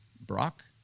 Brock